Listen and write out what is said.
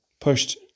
pushed